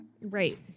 Right